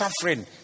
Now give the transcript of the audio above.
suffering